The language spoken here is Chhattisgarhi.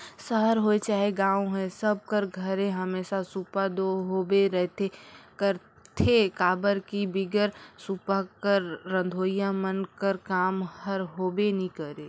सहर होए चहे गाँव होए सब कर घरे हमेसा सूपा दो होबे करथे काबर कि बिगर सूपा कर रधोइया मन कर काम हर होबे नी करे